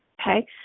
okay